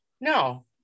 no